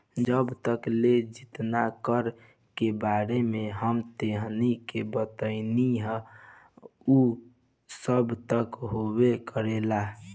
अब तक ले जेतना कर के बारे में हम तोहनी के बतइनी हइ उ सब त होबे करेला